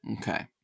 Okay